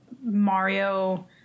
Mario